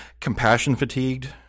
compassion-fatigued